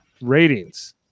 ratings